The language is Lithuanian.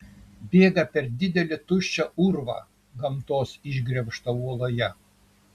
bėga per didelį tuščią urvą gamtos išgremžtą uoloje